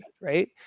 right